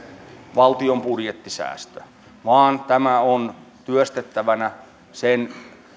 valtion budjettisäästö vaan tämä on työstettävänä sen